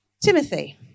Timothy